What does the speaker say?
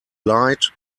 light